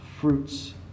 fruits